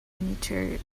miniature